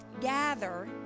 Gather